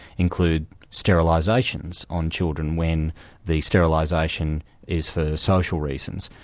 include sterilisations on children when the sterilisation is for social reasons.